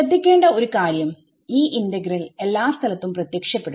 ശ്രദ്ധിക്കേണ്ട ഒരു കാര്യം ഈ ഇന്റഗ്രൽ എല്ലാ സ്ഥലത്തും പ്രത്യക്ഷപ്പെടും